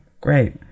Great